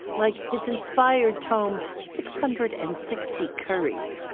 like his inspired tome six hundred and sixty curries.